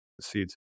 seeds